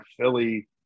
Philly